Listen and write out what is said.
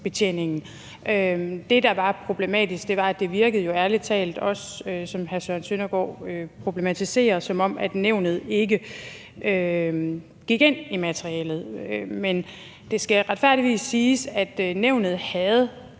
sekretariatsbetjeningen. Det, der var problematisk, var, at det ærlig talt virkede, hvad hr. Søren Søndergaard også problematiserede, som om nævnet ikke gik ind i materialet. Men det skal retfærdigvis siges, at nævnet havde